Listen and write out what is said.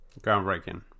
groundbreaking